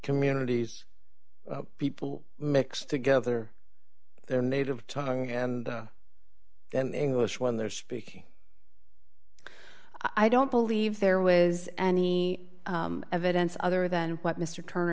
communities people mix together their native tongue and then in english when they're speaking i don't believe there was any evidence other than what mr turner